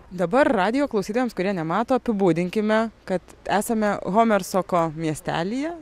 dabar radijo klausytojams kurie nemato apibūdinkime kad esame homersoko miestelyje